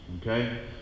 Okay